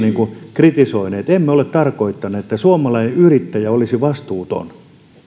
kritisoineet emme ole tarkoittaneet että suomalainen yrittäjä olisi vastuuton